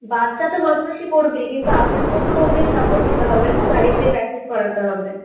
বাচ্চা তো বদমায়েশি করবেই কিন্তু আপনাকেও তো ওকে সাপোর্ট দিতে হবে না বাড়িতে প্র্যাকটিস করাতে হবে